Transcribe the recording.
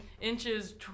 Inches